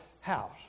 house